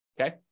Okay